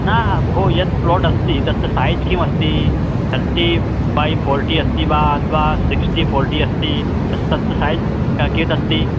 ना भो यत् प्लोडस्ति तस्य सैज् किमस्ति तर्टि बै फ़ोर्टि अस्ति वा अथवा सिक्टि फ़ोर्टि अस्ति तत्तु सैज़् कियतस्ति